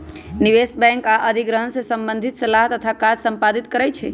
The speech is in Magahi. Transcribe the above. निवेश बैंक आऽ अधिग्रहण से संबंधित सलाह तथा काज संपादित करइ छै